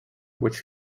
which